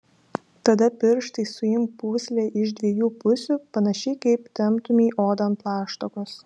tada pirštais suimk pūslę iš dviejų pusių panašiai kaip temptumei odą ant plaštakos